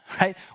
Right